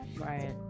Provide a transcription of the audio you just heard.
Right